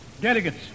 delegates